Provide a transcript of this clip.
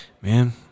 man